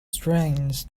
strength